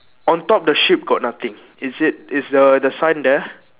on top the sheep got nothing is it is the the sign there